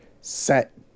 set